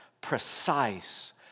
precise